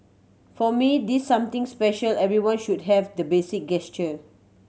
for me this something special everyone should have the basic gesture